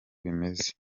bimeze